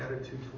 attitude